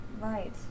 Right